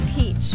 Peach